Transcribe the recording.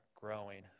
growing